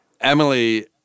Emily